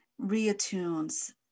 reattunes